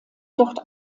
dort